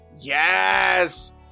Yes